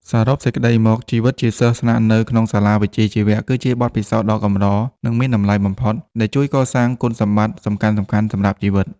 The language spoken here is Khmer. សរុបសេចក្តីមក ជីវិតជាសិស្សស្នាក់នៅក្នុងសាលាវិជ្ជាជីវៈគឺជាបទពិសោធន៍ដ៏កម្រនិងមានតម្លៃបំផុត ដែលជួយកសាងគុណសម្បត្តិសំខាន់ៗសម្រាប់ជីវិត។